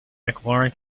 mclaurin